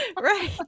Right